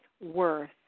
worth